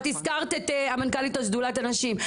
את הזכרת את שדולת הנשים,